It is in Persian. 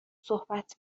صحبت